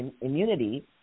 immunity